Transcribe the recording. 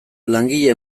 langile